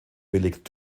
willigt